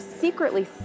secretly